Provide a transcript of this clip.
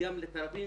וגם לתראבין,